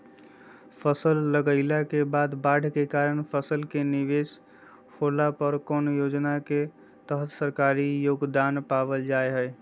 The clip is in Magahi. फसल लगाईला के बाद बाढ़ के कारण फसल के निवेस होला पर कौन योजना के तहत सरकारी योगदान पाबल जा हय?